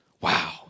Wow